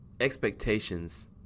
expectations